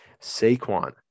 Saquon